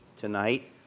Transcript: tonight